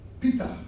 Peter